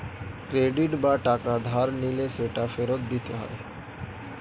credit বা টাকা ধার নিলে সেটা ফেরত দিতে হয়